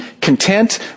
content